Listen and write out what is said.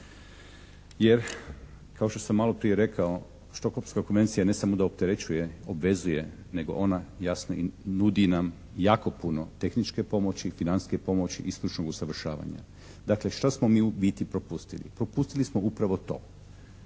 jer kao što sam maloprije rekao Stockholmska konvencija ne samo da opterećuje, obvezuje nego ona jasno nudi nam jako puno tehničke pomoći, financijske pomoći i stručnog usavršavanja. Dakle, što smo mi u biti propustili? Propustili smo upravo to